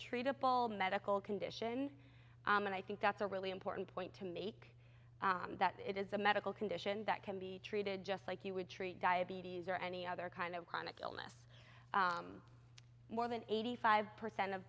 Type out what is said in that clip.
treatable medical condition and i think that's a really important point to make that it is a medical condition that can be treated just like you would treat diabetes or any other kind of chronic illness more than eighty five percent of